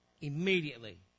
Immediately